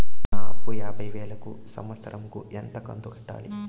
నా అప్పు యాభై వేలు కు సంవత్సరం కు ఎంత కంతు కట్టాలి?